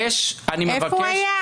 איפה הוא היה?